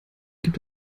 gibt